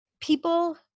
people